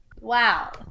Wow